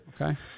Okay